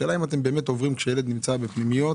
השאלה האם כאשר ילד נמצא בפנימייה